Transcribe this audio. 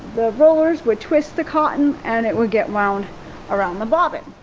the rollers would twist the cotton and it would get wound around the bobbin.